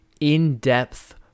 in-depth